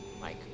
Mike